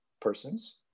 persons